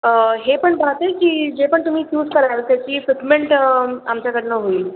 हे पण पाहते की जे पण तुम्ही चूज कराल त्याची ट्रीटमेंट आमच्याकडून होईल